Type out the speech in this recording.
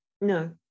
no